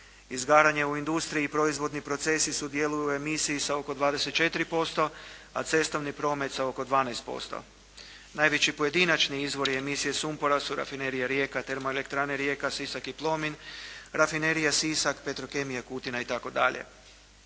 izgaranje u industriji i proizvodni procesi sudjeluju u emisiji sa oko 24 %, a cestovni promet sa oko 12 %. Najveći pojedinačni izvori emisije sumpora su rafinerija Rijeka, termoelektrane Rijeka, Sisak i Plomin, rafinerije Sisak, petrokemije Kutina itd.